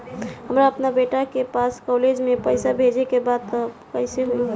हमरा अपना बेटा के पास कॉलेज में पइसा बेजे के बा त कइसे होई?